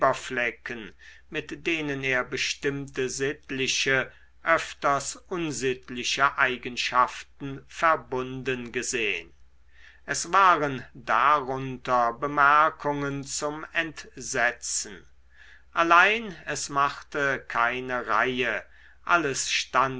leberflecken mit denen er bestimmte sittliche öfters unsittliche eigenschaften verbunden gesehn es waren darunter bemerkungen zum entsetzen allein es machte keine reihe alles